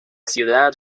ciudad